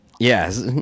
Yes